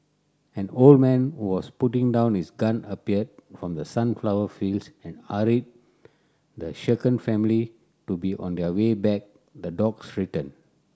an old man who was putting down his gun appeared from the sunflower fields and hurried the shaken family to be on their way bear the dogs return